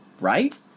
right